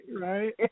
Right